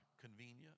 convenient